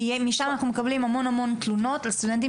כי משם אנחנו מקבלים המון תלונות מסטודנטים